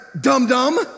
dum-dum